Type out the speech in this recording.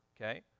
okay